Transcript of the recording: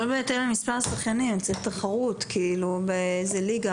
לא בהתאם למספר השחיינים אלא תחרות באיזה ליגה